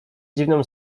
dziwną